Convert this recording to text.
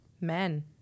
Men